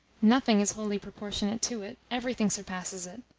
nothing is wholly proportionate to it everything surpasses it.